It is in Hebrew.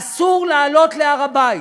אסור לעלות להר-הבית.